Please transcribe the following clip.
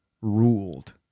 Ruled